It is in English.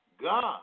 God